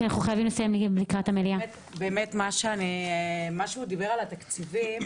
מה שהוא דיבר, על התקציבים